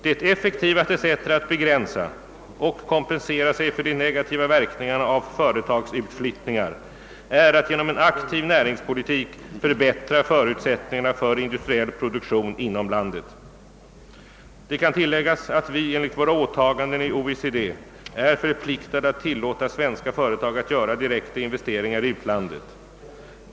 Det effektivaste sättet att begränsa — och kompensera sig för de negativa verkningarna av — företagsutflyttningar är att genom en aktiv näringspolitik förbättra förutsättningarna för industriell produktion inom landet. Det kan tilläggas att vi enligt våra åtaganden i OECD är förpliktade att tillåta svenska företag att göra direkta investeringar i utlandet.